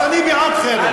אז אני בעד חרם.